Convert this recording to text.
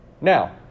Now